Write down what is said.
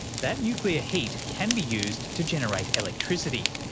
that nuclear heat can be used to generate electricity,